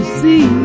see